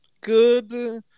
good